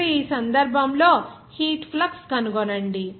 ఇప్పుడు ఈ సందర్భంలో హీట్ ఫ్లక్స్ కనుగొనండి